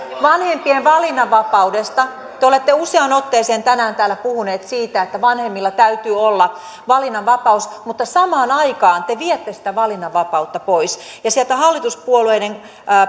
vanhempien valinnanvapaudesta te olette useaan otteeseen tänään täällä puhuneet siitä että vanhemmilla täytyy olla valinnanvapaus mutta samaan aikaan te viette sitä valinnanvapautta pois ja sieltä hallituspuolueiden